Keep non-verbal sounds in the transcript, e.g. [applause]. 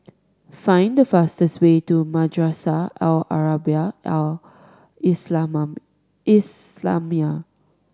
find the fastest way to Madrasah Al Arabiah Al [unintelligible] Islamiah